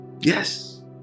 Yes